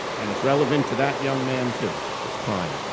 and it's relevant to that young man, too, who's crying.